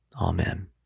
Amen